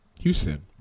Houston